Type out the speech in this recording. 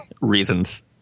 reasons